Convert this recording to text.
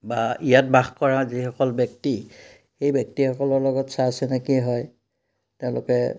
বা ইয়াত বাস কৰা যিসকল ব্যক্তি সেই ব্যক্তিসকলৰ লগত চা চিনাকি হয় তেওঁলোকে